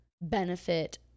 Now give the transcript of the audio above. benefit